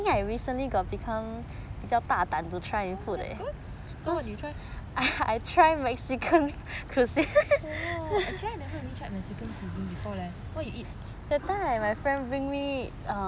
oh that's good so what did you try !wow! actually I never really try mexican cuisine before leh what you eat